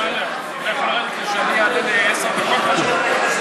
ואני שמח על זה שלפחות מבחינתך זה נראה היטב.